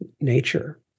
nature